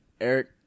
eric